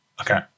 Okay